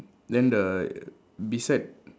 then the beside